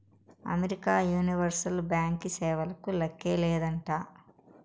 America universal బ్యాంకీ సేవలకు లేక్కే లేదంట